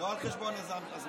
לא על חשבון הזמן שלי.